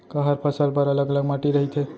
का हर फसल बर अलग अलग माटी रहिथे?